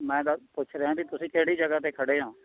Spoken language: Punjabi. ਮੈਂ ਤਾਂ ਪੁੱਛ ਰਿਹਾ ਵੀ ਤੁਸੀਂ ਕਿਹੜੀ ਜਗ੍ਹਾ 'ਤੇ ਖੜ੍ਹੇ ਹੋ